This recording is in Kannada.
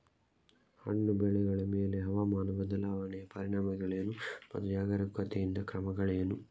ಹಣ್ಣು ಬೆಳೆಗಳ ಮೇಲೆ ಹವಾಮಾನ ಬದಲಾವಣೆಯ ಪರಿಣಾಮಗಳೇನು ಮತ್ತು ಜಾಗರೂಕತೆಯಿಂದ ಕ್ರಮಗಳೇನು?